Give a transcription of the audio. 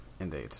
indeed